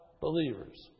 believers